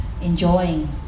enjoying